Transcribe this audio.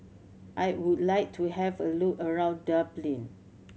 I would like to have a look around Dublin